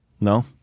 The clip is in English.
No